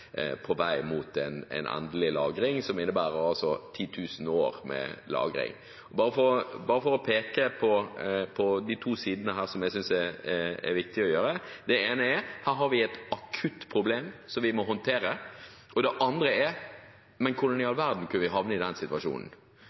på vei mot en endelig lagring, som innebærer 10 000 år med lagring. Bare for å peke på de to sidene her som jeg synes er viktig: Det ene er: Her har vi et akutt problem, som vi må håndtere. Det andre er: Hvordan i all verden kunne vi havne i denne situasjonen?